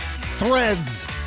threads